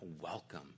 welcome